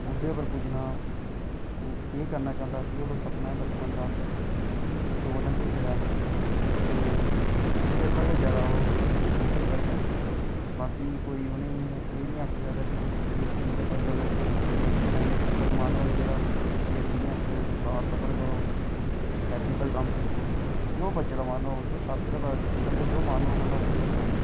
ते कोह्दे पर पुज्जना चाहंदा ओह् केह् करना चाहंदा ओह्दा केह् सपना ऐ चौ नै दिक्खे दा ऐ ते उस्से पर गै जादा ओह् फोक्स करदे न बाकी कोई उनेंगी एह् निं आक्खी सकदा की तुस इस चीज़ै पर करो इंया कोई साईंस पर मन होऐ जेह्दा उसी अस एह् निं आक्की सकदे की तुस आर्टस पर करो तुस टेक्नीकल कम्म सिक्खो जो छात्र दा मन होग जो स्टूडेंट दा मन करग ओह् उऐ करग